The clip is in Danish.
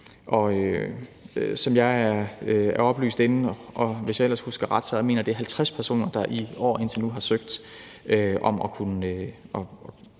som jeg er oplyst inden, og hvis jeg ellers husker ret, mener jeg, at det er 50 personer, der i år indtil nu har søgt om at blive